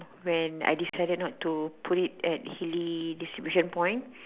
when I decided not to put it at Hilly distribution point